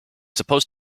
supposed